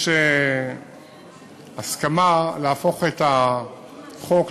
יש הסכמה להפוך את החוק,